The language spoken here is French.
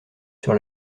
sur